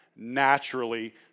naturally